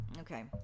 okay